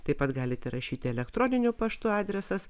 taip pat galite rašyti elektroniniu paštu adresas